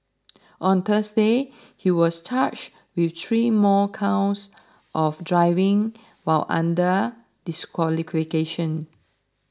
on Thursday he was charged with three more counts of driving while under disqualification